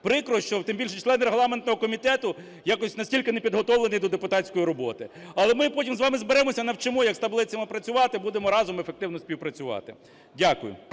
Прикро, що... тим більше, члени регламентного комітету якось настільки не підготовлені до депутатської роботи. Але ми потім з вами зберемося, навчимо, як з таблицями працювати, будемо разом ефективно співпрацювати. Дякую.